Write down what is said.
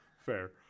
fair